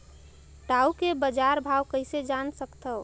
टाऊ के बजार भाव कइसे जान सकथव?